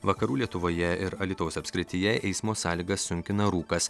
vakarų lietuvoje ir alytaus apskrityje eismo sąlygas sunkina rūkas